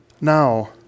now